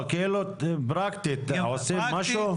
פרקטית אתה עושה משהו?